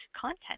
content